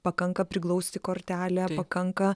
pakanka priglausti kortelę pakanka